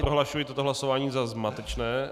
Prohlašuji toto hlasování za zmatečné.